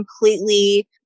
completely